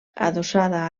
adossada